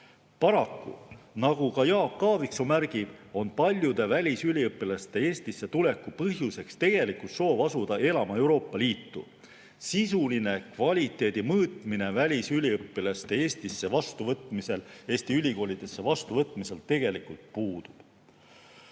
Paraku, nagu Jaak Aaviksoo märgib, on paljude välisüliõpilaste Eestisse tuleku põhjuseks tegelikult soov asuda elama Euroopa Liitu. Sisuline kvaliteedi mõõtmine välisüliõpilaste Eesti ülikoolidesse vastuvõtmisel tegelikult puudub.